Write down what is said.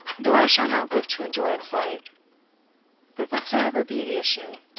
though i shall not live to enjoy its light but whatsoever be the issue,